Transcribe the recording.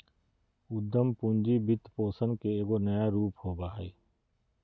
उद्यम पूंजी वित्तपोषण के एगो नया रूप होबा हइ